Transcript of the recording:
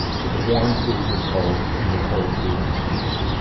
so the warm food was cold and the cold food was heated.